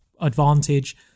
advantage